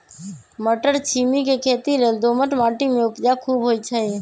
मट्टरछिमि के खेती लेल दोमट माटी में उपजा खुब होइ छइ